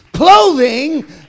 Clothing